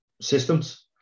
systems